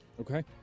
Okay